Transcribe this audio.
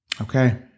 Okay